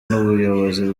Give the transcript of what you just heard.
n’ubuyobozi